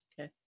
Okay